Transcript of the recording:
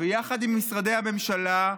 ויחד עם משרדי הממשלה,